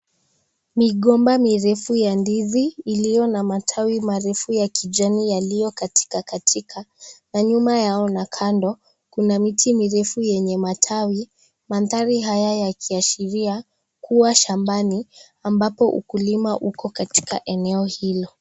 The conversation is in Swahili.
Migomba mirefu ya ndizi iliyo na matawi marefu ya kijani yaliyokatika katika, na nyuma yao na kando, kuna miti mirefu yenye matawi. Mandhari haya yakiashiria kuwa shambani ambapo ukulima uko katika eneo hilo.